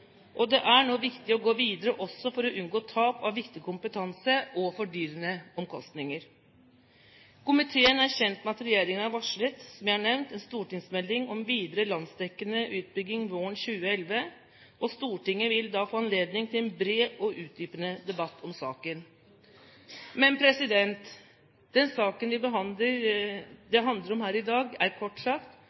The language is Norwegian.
og det er nå viktig å gå videre også for å unngå tap av viktig kompetanse og fordyrende omkostninger. Komiteen er kjent med at regjeringen har varslet, som jeg har nevnt, en stortingsmelding om videre landsdekkende utbygging våren 2011, og Stortinget vil da få anledning til en bred og utdypende debatt om saken. Det saken handler om i dag, er kort sagt